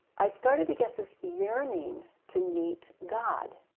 i started to get this yearning to meet god.